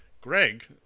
Greg